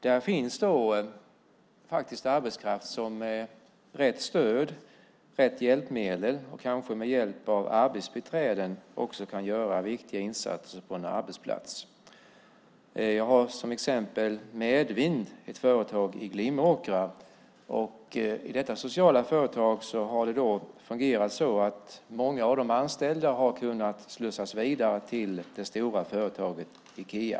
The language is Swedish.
Där finns arbetskraft som med rätt stöd och hjälpmedel och kanske med stöd av arbetsbiträden kan göra viktiga insatser på en arbetsplats. Jag har som exempel Medvind. Det är ett företag i Glimåkra. I detta sociala företag har det fungerat så att många av de anställda har kunnat slussas vidare till det stora företaget Ikea.